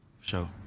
Sure